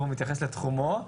מתייחס לתחומו,